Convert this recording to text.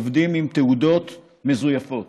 עובדים עם תעודות מזויפות,